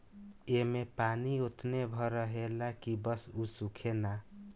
ऐमे पानी ओतने भर रहेला की बस उ सूखे ना